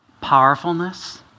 powerfulness